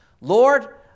Lord